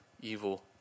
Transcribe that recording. evil